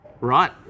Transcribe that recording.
Right